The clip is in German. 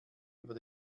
über